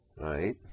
right